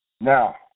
Now